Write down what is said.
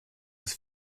his